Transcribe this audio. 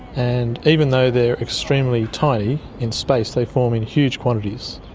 and even though they're extremely tiny, in space they form in huge quantities.